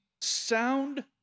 sound